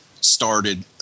started